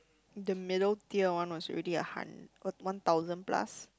the middle tier one was already a hun~ one one thousand plus